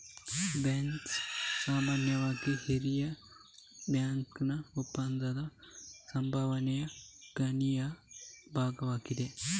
bonus ಸಾಮಾನ್ಯವಾಗಿ ಹಿರಿಯ ಬ್ಯಾಂಕರ್ನ ಒಪ್ಪಂದದ ಸಂಭಾವನೆಯ ಗಣನೀಯ ಭಾಗವಾಗಿದೆ